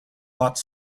bought